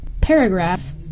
paragraph